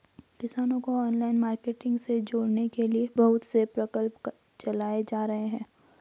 किसानों को online marketing से जोड़ने के लिए बहुत से प्रकल्प चलाए जा रहे हैं